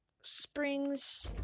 springs